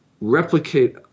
replicate